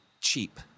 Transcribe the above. cheap